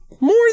More